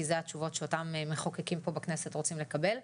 כי אלה התשובות שאותן המחוקקים פה בכנסת רוצים לקבל.